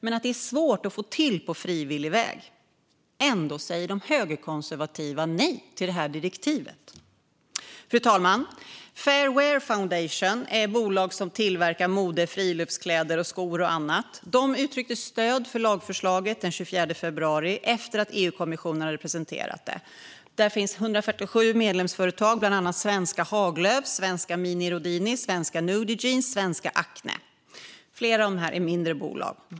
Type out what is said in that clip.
Men detta är svårt att få till på frivillig väg. Ändå säger de högerkonservativa nej till detta direktiv. Fru talman! Fair Wear Foundation är bolag som tillverkar modeartiklar, friluftskläder, skor och annat. De uttryckte stöd för lagförslaget den 24 februari efter att EU-kommissionen hade presenterat det. Där finns 147 medlemsföretag, bland annat svenska Haglöfs, svenska Mini Rodini, svenska Nudie Jeans och svenska Acne. Flera av dem är mindre bolag.